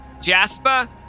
Jasper